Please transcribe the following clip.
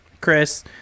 Chris